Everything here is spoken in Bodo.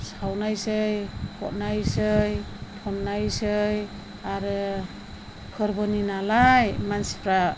सावनायसै हरनायसै हरनायसै आरो फोरबोनि नालाय मानसिफ्रा